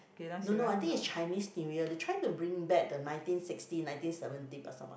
no no I think it's Chinese New Year they try to bring back the nineteen sixty nineteen seventy Pasar Malam